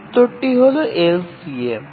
উত্তরটি হল এলসিএম